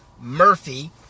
Murphy